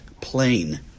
plain